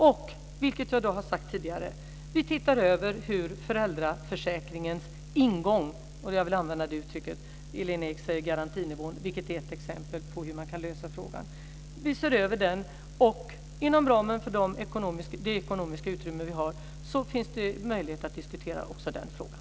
Och, som jag sagt tidigare, vi ser över föräldraförsäkringens ingång - jag vill använda det uttrycket medan Lena Ek kallar det garantinivån - vilket är ett exempel på hur man kan lösa frågan. Inom ramen för det ekonomiska utrymme som vi har finns det möjlighet att diskutera också den frågan.